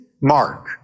mark